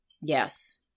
Yes